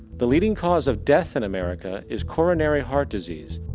the leading cause of death in america is coronary heart disease,